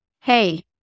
hey